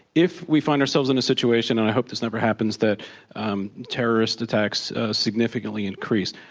if we find ourselves in a situation and i hope this never happens that um terrorist attacks significantly increase,